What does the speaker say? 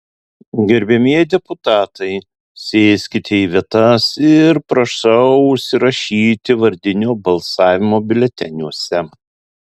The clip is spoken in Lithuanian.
gerbiamieji deputatai sėskite į vietas ir prašau užsirašyti vardinio balsavimo biuleteniuose